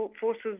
Forces